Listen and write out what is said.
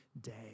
day